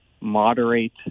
moderate